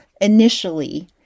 initially